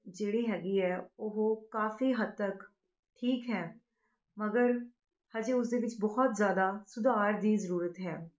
ਜਿਹੜੀ ਹੈਗੀ ਹੈ ਉਹ ਕਾਫੀ ਹੱਦ ਤੱਕ ਠੀਕ ਹੈ ਮਗਰ ਹਜੇ ਉਸਦੇ ਵਿੱਚ ਬਹੁਤ ਜ਼ਿਆਦਾ ਸੁਧਾਰ ਦੀ ਜ਼ਰੂਰਤ ਹੈ